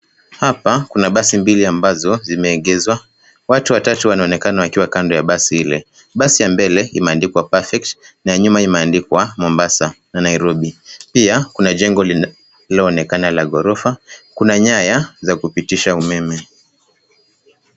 Hapa kuna basi mbili ambazo zimeegeshwa. Watu watatu wanaonekana wakiwa kando ya basi ile. Basi ya mbele imeandikwa perfect na ya nyuma imeandikwa Mombasa na Nairobi. Pia kuna jengo linaloonekana la ghorofa. Kuna nyaya za kupitisha umeme.